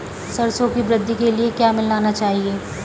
सरसों की वृद्धि के लिए क्या मिलाना चाहिए?